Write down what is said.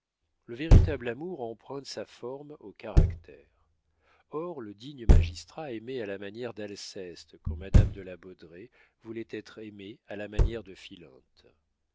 le véritable amour emprunte sa forme au caractère or le digne magistrat aimait à la manière d'alceste quand madame de la baudraye voulait être aimée à la manière de philinte